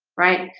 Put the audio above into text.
right?